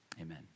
amen